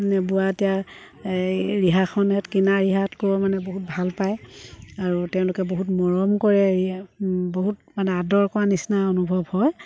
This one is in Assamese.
বোৱা এতিয়া এই ৰিহাখনত কিনা ৰিহাতকৈয়ো মানে বহুত ভাল পায় আৰু তেওঁলোকে বহুত মৰম কৰে ইয়াক বহুত মানে আদৰ কৰা নিচিনা অনুভৱ হয়